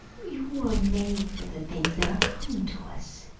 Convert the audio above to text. you were made for the things that are coming to us.